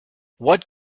what